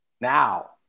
now